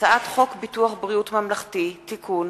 הצעת חוק ביטוח בריאות ממלכתי (תיקון,